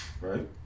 Right